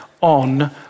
on